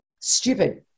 stupid